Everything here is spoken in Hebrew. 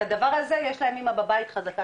את הדבר הזה יש להם אמא בבית חזקה